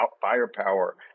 firepower